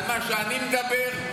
על מה שאני מדבר.